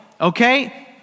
okay